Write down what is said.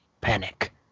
panic